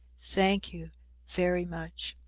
thank you very much.